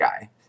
guy